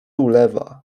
ulewa